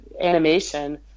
animation